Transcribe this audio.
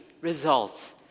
results